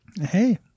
Hey